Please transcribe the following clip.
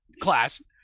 class